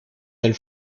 del